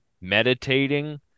meditating